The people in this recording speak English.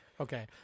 Okay